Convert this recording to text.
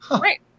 Right